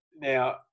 Now